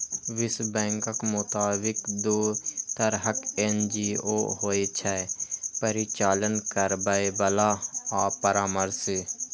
विश्व बैंकक मोताबिक, दू तरहक एन.जी.ओ होइ छै, परिचालन करैबला आ परामर्शी